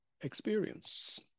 experience